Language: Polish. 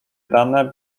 dane